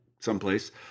someplace